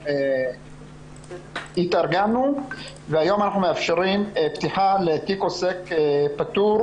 אנחנו התארגנו והיום אנחנו מאפשרים פתיחה לתיק עוסק פטור,